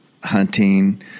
Hunting